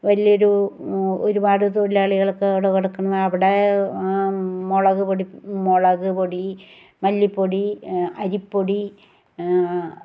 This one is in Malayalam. വലിയ ഒരു ഒരുപാട് തൊഴിലാളികളൊക്കെ അവിടെ എടുക്കുന്ന അവിടെ മുളക് പൊടി മുളക് പൊടി മല്ലിപ്പൊടി അരിപ്പൊടി